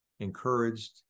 encouraged